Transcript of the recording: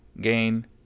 gain